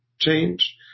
change